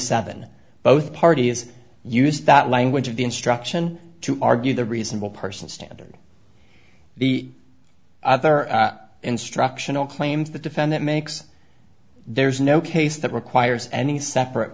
cents both parties use that language of the instruction to argue the reasonable person standard the other instructional claims the defendant makes there's no case that requires any separate